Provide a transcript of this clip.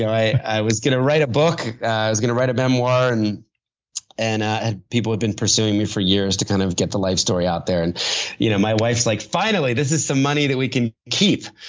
i was going to write a book, i was going to write a memoir and and and people had been pursuing me for years to kind of get the life story out there. and you know my wife like, finally, this is some money that we can keep.